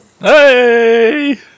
Hey